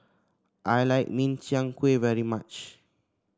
I like Min Chiang Kueh very much